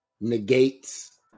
negates